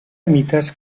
mites